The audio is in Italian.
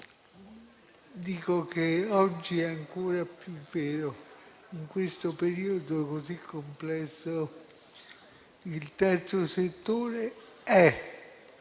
Dico che oggi è ancora più vero. In questo periodo così complesso, il Terzo settore è